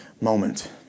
moment